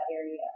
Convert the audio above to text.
area